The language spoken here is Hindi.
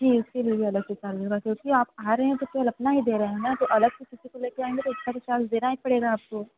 जी इसके लिए भी अलग से चार्ज होगा क्योंकि आप आ रहे हैं तो केवल अपना ही दे रहे हैं न तो अलग से किसी को लेकर आएँगे तो उसका भी चार्ज देना ही पड़ेगा आपको